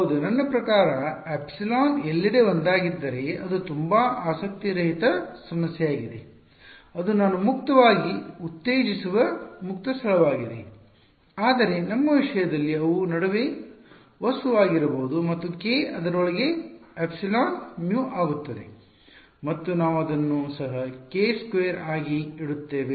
ಹೌದು ನನ್ನ ಪ್ರಕಾರ ಎಪ್ಸಿಲಾನ್ ಎಲ್ಲೆಡೆ ಒಂದಾಗಿದ್ದರೆ ಅದು ತುಂಬಾ ಆಸಕ್ತಿರಹಿತ ಸಮಸ್ಯೆಯಾಗಿದೆ ಅದು ನಾನು ಮುಕ್ತವಾಗಿ ಉತ್ತೇಜಿಸುವ ಮುಕ್ತ ಸ್ಥಳವಾಗಿದೆ ಆದರೆ ನಮ್ಮ ವಿಷಯದಲ್ಲಿ ಅವು ನಡುವೆ ವಸ್ತುವಾಗಿರಬಹುದು ಮತ್ತು k ಅದರೊಳಗೆ ಎಪ್ಸಿಲಾನ್ mu ಆಗುತ್ತದೆ ಮತ್ತು ನಾವು ಅದನ್ನು ಸಹ k ಸ್ಕ್ವೇರ್ ಆಗಿ ಇಡುತ್ತೇವೆ